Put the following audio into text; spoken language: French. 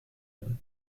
âme